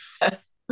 Yes